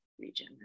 region